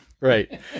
Right